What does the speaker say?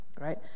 right